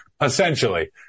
Essentially